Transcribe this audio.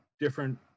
different